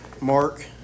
Mark